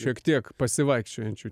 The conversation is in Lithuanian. šiek tiek pasivaikščiojančių